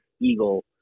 eagle